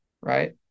right